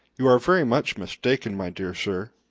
you are very much mistaken, my dear sir,